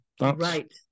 Right